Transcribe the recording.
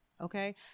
Okay